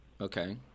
Okay